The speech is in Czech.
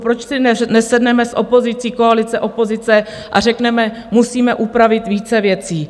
Proč si nesedneme s opozicí koalice, opozice a řekneme : musíme upravit více věcí?